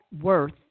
worth